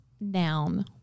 noun